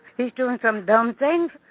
he's doing some dumb things.